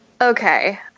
okay